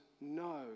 no